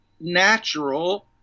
natural